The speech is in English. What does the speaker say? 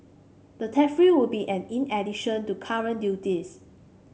the tariff would be in addition to current duties